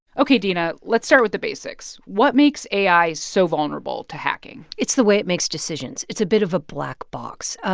ok, dina. let's start with the basics. what makes ai so vulnerable to hacking? it's the way it makes decisions. it's a bit of a black box.